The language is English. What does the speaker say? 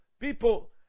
People